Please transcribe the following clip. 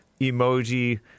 emoji